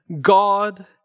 God